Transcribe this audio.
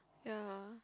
ya